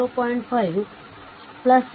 5 1 0